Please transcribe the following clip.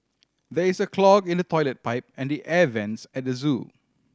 there is a clog in the toilet pipe and the air vents at the zoo